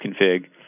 config